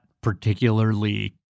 particularly